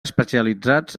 especialitzats